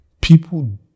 people